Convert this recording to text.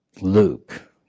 Luke